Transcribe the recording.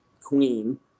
queen